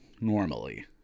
normally